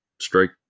strike